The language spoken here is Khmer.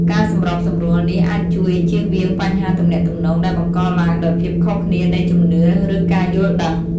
ការសម្របសម្រួលនេះអាចជួយជៀសវាងបញ្ហាទំនាក់ទំនងដែលបង្កឡើងដោយភាពខុសគ្នានៃជំនឿ ឬការយល់ដឹង។